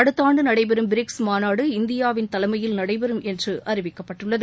அடுத்தஆண்டுநடைபெறும் BRICS மாநாடு இந்தியாவின் தலைமையில் நடைபெறும் என்றுஅறிவிக்கப்பட்டுள்ளது